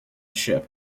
ship